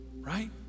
Right